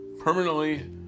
permanently